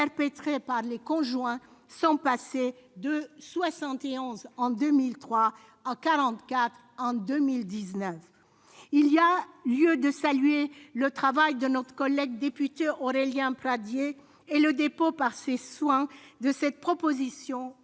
par leur conjoint est passé de 71 en 2003 à 44 en 2019. Il y a lieu de saluer le travail de notre collègue député Aurélien Pradié et le dépôt par ses soins de la présente proposition